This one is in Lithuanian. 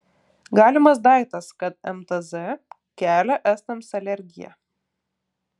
galimas daiktas kad mtz kelia estams alergiją